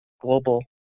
global